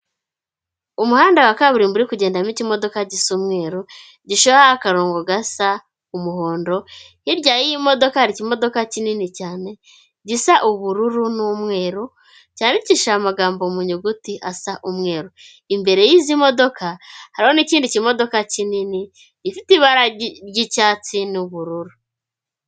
Umuhanda wa kaburimbo kugendamo ikimodoka gisa umweruru gisharuyeho akarongo gasa umuhondo hirya y'imodoka hari ikimodoka kinini cyane gisa ubururu n'umweru cyandikishije amagambo mu nyuguti asa umweru imbere y'izi modoka hari n'ikindi kimodoka kinini ifite ibara ry'icyatsi n'ubururu.